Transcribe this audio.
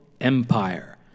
Empire